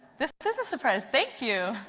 this this is a surprise. thank you.